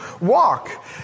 walk